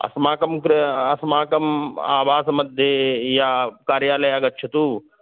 अस्माकं कृ अस्माकम् आवासमध्ये यत् कार्यालयं आगच्छतु